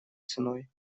ценой